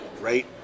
right